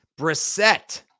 Brissette